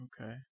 Okay